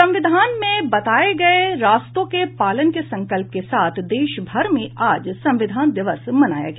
संविधान में बताये गये रास्तों के पालन के संकल्प के साथ देश भर में आज संविधान दिवस मनाया गया